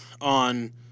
on